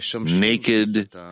naked